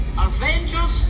Avengers